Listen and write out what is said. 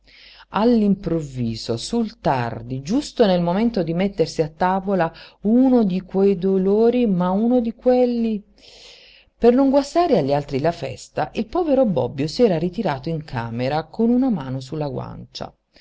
all'improvviso sul tardi giusto nel momento di mettersi a tavola uno di quei dolori ma uno di quelli per non guastare agli altri la festa il povero bobbio s'era ritirato in camera con una mano sulla guancia